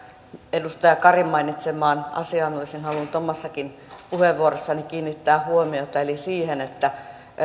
edustaja karin mainitsemaan asiaan olisin halunnut omassakin puheenvuorossani kiinnittää huomiota eli siihen että